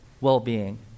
well-being